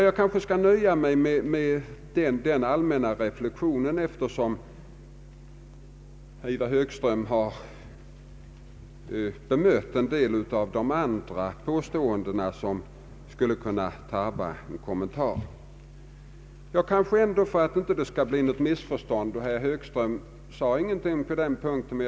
Jag kanske kunde nöja mig med dessa allmänna reflexioner, eftersom herr Högström bemött en del av de påståenden som skulle kunna tarva en kommentar. För att undvika missförstånd bör jag kanske dock säga några ord till herr Werner.